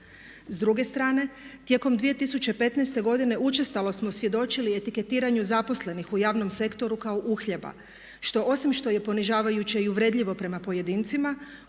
S druge strane tijekom 2015.godine učestalo smo svjedočili etiketiranju zaposlenih u javnom sektoru kao uhljeba što osim što je ponižavajuće i uvredljivo prema pojedincima